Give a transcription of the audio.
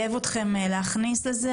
שתחייב אתכם להכניס את זה,